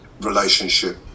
relationship